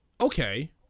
Okay